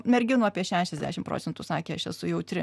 merginų apie šešiasdešim procentų sakė aš esu jautri